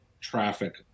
traffic